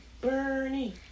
Bernie